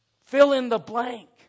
fill-in-the-blank